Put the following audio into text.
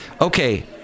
okay